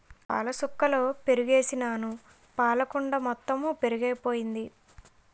పాలసుక్కలలో పెరుగుసుకేసినాను పాలకుండ మొత్తెము పెరుగైపోయింది